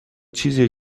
چیزیه